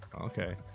Okay